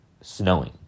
snowing